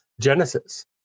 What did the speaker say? Genesis